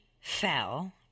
fell